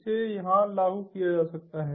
इसे यहां लागू किया जा सकता है